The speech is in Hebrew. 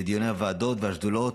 לדיוני הוועדות והשדולות,